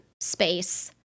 space